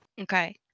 Okay